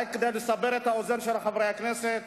רק כדי לסבר את האוזן של חברי הכנסת